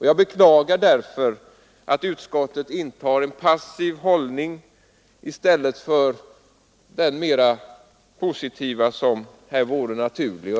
Jag beklagar därför att utskottet intar en passiv hållning i stället för den mer positiva som här vore naturlig.